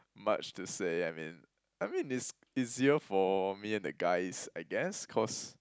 much to say I mean I mean it's it's zero for me and the guys I guess cause